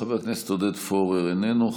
חבר הכנסת עודד פורר, איננו.